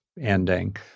ending